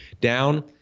down